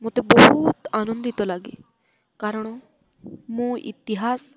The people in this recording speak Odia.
ମୋତେ ବହୁତ ଆନନ୍ଦିତ ଲାଗେ କାରଣ ମୋ ଇତିହାସ